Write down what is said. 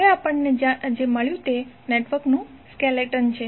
હવે આપણને જે મળ્યું તે નેટવર્કનું સ્કેલટન છે